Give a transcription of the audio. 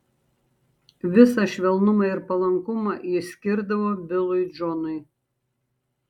visą švelnumą ir palankumą jis skirdavo bilui džonui